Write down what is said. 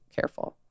careful